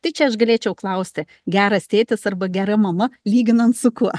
tai čia aš galėčiau klausti geras tėtis arba gera mama lyginant su kuo